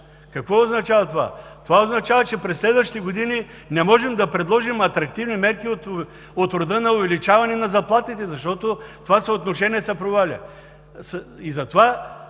Какво означава това? Това означава, че през следващите години не можем да предложим атрактивни мерки от рода на увеличаване на заплатите, защото това съотношение се проваля.